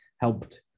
helped